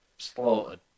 slaughtered